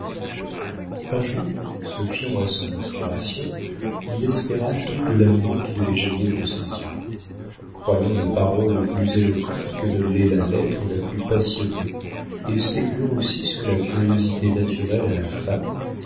un jour se fiant à son inspiration il espéra tout de l'amour qui devait jaillir de ses yeux croyant la parole plus éloquente que ne l'est la lettre la plus passionnée et spéculant aussi sur la curiosité naturelle à la femme